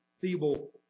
feeble